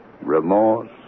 Remorse